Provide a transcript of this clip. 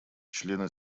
члены